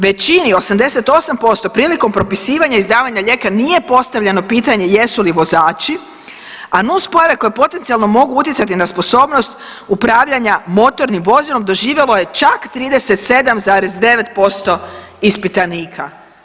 Većini, 88% prilikom propisivanja izdavanja lijeka nije postavljeno pitanje jesu li vozači, a nuspojave koje potencijalno mogu utjecati na sposobnost upravljanja motornim vozilom doživjelo je čak 37,9% ispitanika.